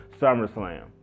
SummerSlam